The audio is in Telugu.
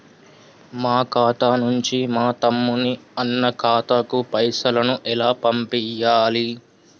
మా ఖాతా నుంచి మా తమ్ముని, అన్న ఖాతాకు పైసలను ఎలా పంపియ్యాలి?